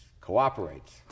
cooperates